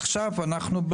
עכשיו, אנחנו,